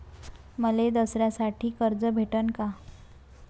मले दसऱ्यासाठी कर्ज भेटन का?